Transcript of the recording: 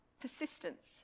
persistence